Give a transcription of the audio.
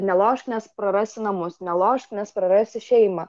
nelošk nes prarasi namus nelošk nes prarasi šeimą